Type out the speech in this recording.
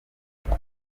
inzu